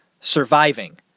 Surviving